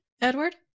Edward